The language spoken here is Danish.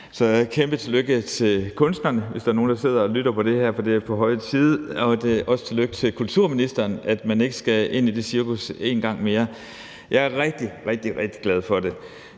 et kæmpe tillykke til kunstnerne, hvis der er nogle, der sidder og lytter til det her, for det er på høje tid, og også tillykke til kulturministeren med, at man ikke skal ind i det cirkus en gang mere. Jeg er rigtig, rigtig glad for det.